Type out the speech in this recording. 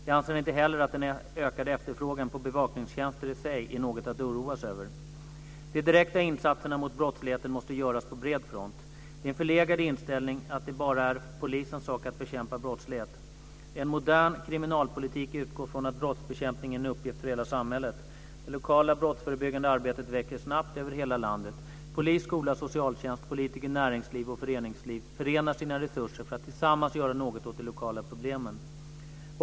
Jag anser inte heller att den ökade efterfrågan på bevakningstjänster i sig är något att oroas över. De direkta insatserna mot brottsligheten måste göras på bred front. Det är en förlegad inställning att det bara är polisens sak att bekämpa brottslighet. En modern kriminalpolitik utgår från att brottsbekämpningen är en uppgift för hela samhället. Det lokala brottsförebyggande arbetet växer snabbt över hela landet. Polis, skola, socialtjänst, politiker, näringsliv och föreningsliv förenar sina resurser för att tillsammans göra något åt de lokala problemen.